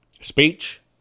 speech